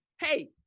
hey